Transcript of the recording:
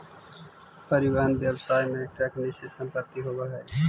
परिवहन व्यवसाय में ट्रक निश्चित संपत्ति होवऽ हई